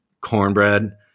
cornbread